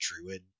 druid